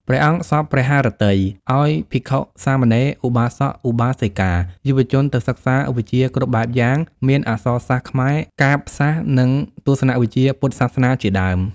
ព្រះអង្គសព្វព្រះហឫទ័យ ឱ្យភិក្ខុសាមណេរ ឧបាសក ឧបាសិកា យុវជនទៅសិក្សាវិជ្ជាគ្រប់បែបយ៉ាង មានអក្សរសាស្ត្រខ្មែរ កាព្យសាស្ត្រ និងទស្សនវិជ្ជាពុទ្ធសាសនា ជាដើម។